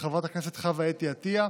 של חברת הכנסת חוה אתי עטייה,